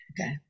Okay